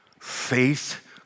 Faith